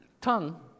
Tongue